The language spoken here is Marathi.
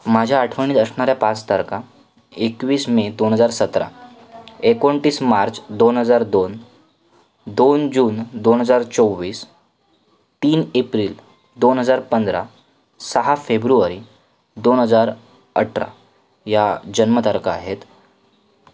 माझ्या आठवणीत असणाऱ्या पाच तारखा एकवीस मे दोन हजार सतरा एकोणतीस मार्च दोन हजार दोन दोन जून दोन हजार चोवीस तीन एप्रिल दोन हजार पंधरा सहा फेब्रुवारी दोन हजार अठरा ह्या जन्मतारखा आहेत